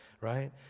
right